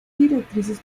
directrices